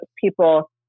people